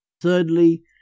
Thirdly